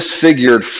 disfigured